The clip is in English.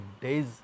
days